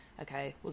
okay